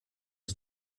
die